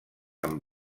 amb